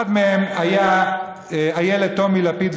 אחד מהם היה הילד טומי לפיד,